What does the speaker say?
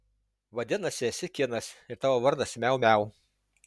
vadinasi esi kinas ir tavo vardas miau miau